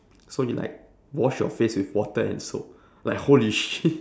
so you like wash your face with water and soap like holy shit